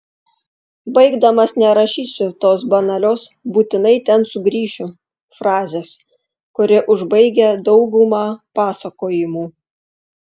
baigdamas nerašysiu tos banalios būtinai ten sugrįšiu frazės kuri užbaigia daugumą pasakojimų